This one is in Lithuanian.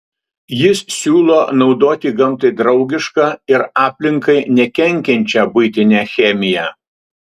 jis siūlo naudoti gamtai draugišką ir aplinkai nekenkiančią buitinę chemiją